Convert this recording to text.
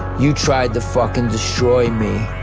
you tried to fucking destroy me,